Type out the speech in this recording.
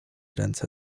ręce